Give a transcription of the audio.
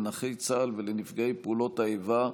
לנכי צה"ל ולנפגעי פעולות האיבה,